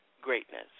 greatness